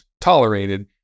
tolerated